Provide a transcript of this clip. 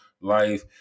life